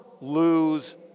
lose